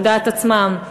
על דעת עצמם,